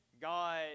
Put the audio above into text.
God